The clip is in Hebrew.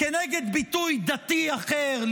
כנגד ביטוי דתי אחר,